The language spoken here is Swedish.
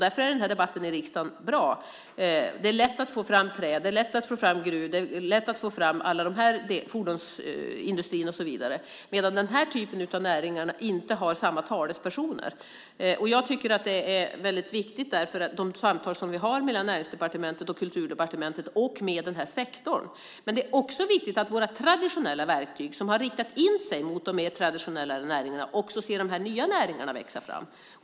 Därför är den här debatten i riksdagen bra. Det är lätt att få fram trä-, gruv och fordonsindustri och så vidare, medan den här typen av näring inte har samma talespersoner. Jag tycker att det är väldigt viktigt i de samtal som vi har mellan Näringsdepartementet och Kulturdepartementet och med den här sektorn. Men det är också viktigt att våra traditionella verktyg, som har riktat in sig mot de mer traditionella näringarna, också ser de här nya näringarna växa fram.